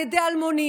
על ידי אלמונים,